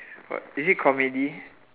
what is it comedy